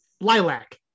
Lilac